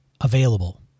available